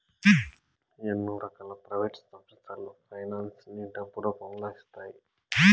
ఎన్నో రకాల ప్రైవేట్ సంస్థలు ఫైనాన్స్ ని డబ్బు రూపంలో ఇస్తాయి